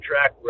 track